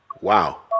Wow